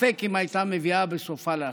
וספק אם הייתה מביאה בסופה להכרעה.